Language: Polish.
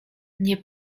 nie